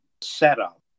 setup